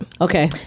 Okay